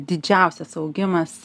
didžiausias augimas